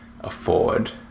afford